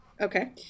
Okay